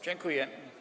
Dziękuję.